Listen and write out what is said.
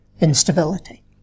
instability